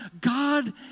God